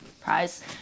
prize